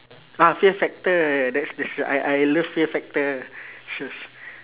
ah fear factor that's the show I I love fear factor shows